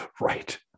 right